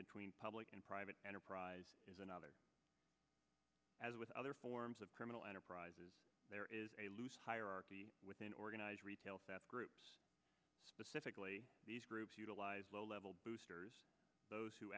between public and private enterprise is another as with other forms of criminal enterprises there is a loose hierarchy within organized retail that groups specifically these groups utilize low level boosters those who